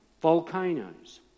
Volcanoes